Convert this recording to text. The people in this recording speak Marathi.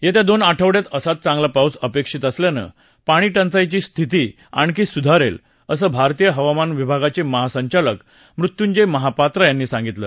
येत्या दोन आठवड्यात असाच चांगला पाऊस अपेक्षित असल्यानं पाणीटंचाईची स्थिती आणखी सुधारेल असं भारतीय हवामान विभागाचे महासंचालक मृत्यंजय महापात्रा यांनी सांगितलं